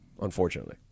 Unfortunately